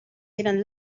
eran